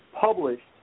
published